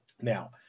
Now